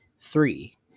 three